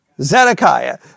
Zedekiah